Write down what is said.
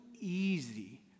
easy